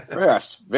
Yes